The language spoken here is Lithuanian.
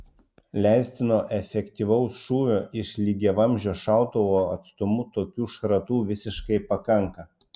leistino efektyvaus šūvio iš lygiavamzdžio šautuvo atstumu tokių šratų visiškai pakanka